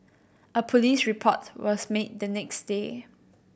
a police report was made the next day